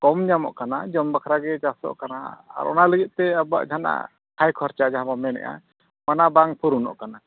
ᱠᱚᱢ ᱧᱟᱢᱚᱜ ᱠᱟᱱᱟ ᱡᱚᱢ ᱵᱟᱠᱷᱨᱟᱜᱮ ᱪᱟᱥᱚᱜ ᱠᱟᱱᱟ ᱟᱨ ᱚᱱᱟ ᱞᱟᱹᱜᱤᱫᱛᱮ ᱟᱵᱚᱣᱟᱜ ᱡᱟᱦᱟᱱᱟᱜ ᱦᱟᱭ ᱠᱷᱚᱨᱪᱟ ᱡᱟᱦᱟᱸ ᱵᱚ ᱢᱮᱱᱮᱫᱼᱟ ᱚᱱᱟ ᱵᱟᱝ ᱯᱩᱨᱩᱱᱚᱜ ᱠᱟᱱᱟ